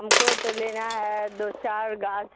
ہم کو تو لینا ہے دو چار گاچھ